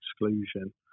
exclusion